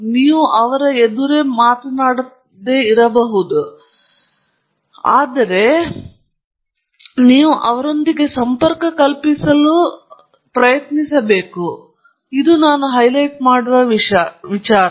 ನಿಮ್ಮ ಮುಂದೆ ಕುಳಿತ ಪ್ರೇಕ್ಷಕರು ಇದೆ ಅವರು ನೀವು ಪ್ರಸ್ತುತಪಡಿಸುತ್ತಿರುವ ವಸ್ತುಗಳೊಂದಿಗೆ ಹಾಯಾಗಿರುತ್ತೇನೆ ಮತ್ತು ಅದು ನಿಮ್ಮ ಪ್ರಸ್ತುತಿಯ ಉದ್ದೇಶವಾಗಿದೆ ಮತ್ತು ಆದ್ದರಿಂದ ನೀವು ಅವರೊಂದಿಗೆ ಸಂಪರ್ಕ ಕಲ್ಪಿಸಬೇಕು ಆದ್ದರಿಂದ ಅದು ನಾನು ಹೈಲೈಟ್ ಮಾಡುವ ವಿಷಯ